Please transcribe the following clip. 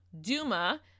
Duma